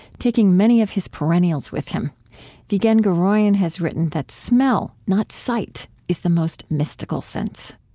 taking many of his perennials with him vigen guroian has written that smell, not sight, is the most mystical sense.